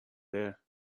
there